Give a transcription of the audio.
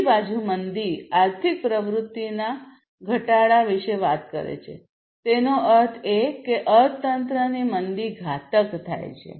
બીજી બાજુ મંદી આર્થિક પ્રવૃત્તિના ઘટાડા વિશે વાત કરે છે તેનો અર્થ એ કે અર્થતંત્રની મંદી ઘાતક થાય છે